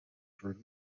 for